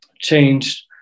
changed